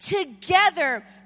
Together